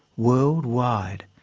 world-wide,